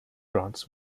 grants